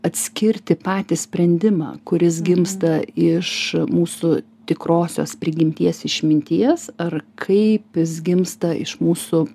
atskirti patį sprendimą kuris gimsta iš mūsų tikrosios prigimties išminties ar kaip jis gimsta iš mūsų